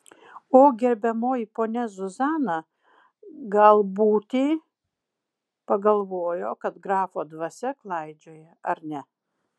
o gerbiamoji ponia zuzana gal būti pagalvojo kad grafo dvasia klaidžioja ar ne